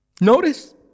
Notice